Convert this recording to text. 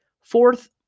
Fourth